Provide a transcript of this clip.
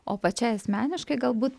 o pačiai asmeniškai galbūt